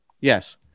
Yes